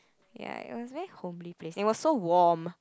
ya it was very homely place it was so warm